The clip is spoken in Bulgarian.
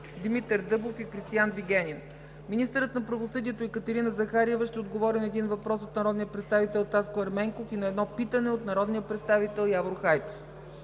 Димитър Дъбов; и Кристиан Вигенин. 8. Министърът на правосъдието Екатерина Захариева ще отговори на един въпрос от народния представител Таско Ерменков и на едно питане от народния представител Явор Хайтов.